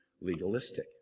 legalistic